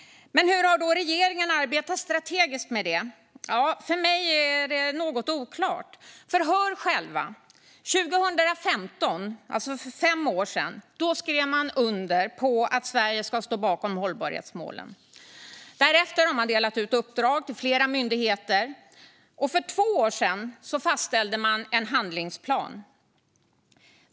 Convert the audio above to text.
Hur har då regeringen arbetat strategiskt med detta? För mig är det något oklart. Hör själva: År 2015, alltså för fem år sedan, skrev man under på att Sverige ska stå bakom hållbarhetsmålen. Därefter har man delat ut uppdrag till flera myndigheter, och för två år sedan fastställde man en handlingsplan.